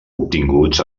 obtinguts